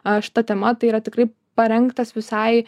aš ta tema tai yra tikrai parengtas visai